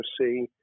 see